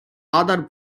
other